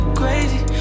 crazy